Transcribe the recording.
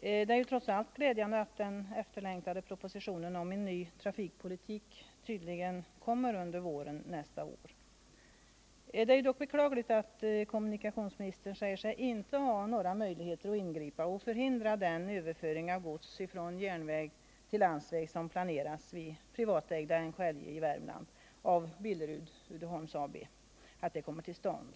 Det är trots allt glädjande att den efterlängtade propositionen om en ny trafikpolitik tydligen kommer i början av nästa år. Det är dock beklagligt att kommunikationsministern säger sig inte ha några möjligheter att ingripa för att förhindra att den överföring av gods från järnväg till landsväg som planeras vid privatägda NKLJ i Värmland av Billerud Uddeholm AB kommer till stånd.